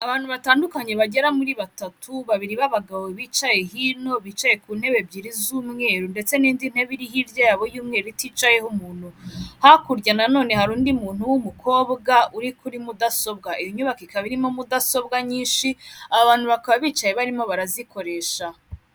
Abantu batandukanye bagera kuri batatu, babiri b'abagabo bicaye hino, bicaye ku ntebe ebyiri z'umweru ndetse n'inditerabe iri hirya yabo y'umweru iticayeho umuntu, hakurya na none hari undi muntu w'umukobwa uri kuri mudasobwa, iyi nyubako ikaba irimo mudasobwa nyinshi abantu bakaba bicaye barimo barazikoresha.